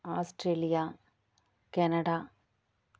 Australia Canada